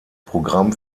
programm